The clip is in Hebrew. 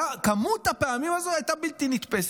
כמות הפעמים הזו הייתה בלתי נתפסת.